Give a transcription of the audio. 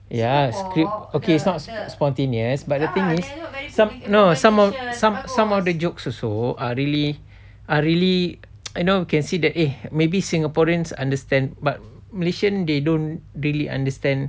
ya script okay it's not spontaneous but the thing is some no some of some some of the jokes also are really are really you know you can see that eh maybe singaporeans understand but malaysian they don't really understand